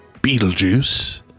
beetlejuice